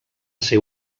ser